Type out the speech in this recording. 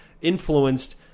influenced